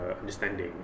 understanding